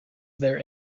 there